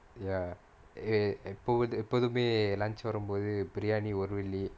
ya eh எப்போது எப்போதுமே:eppothu eppothumae lunch வரும்போது:varumpothu briyani ஒரு வெள்ளி:oru velli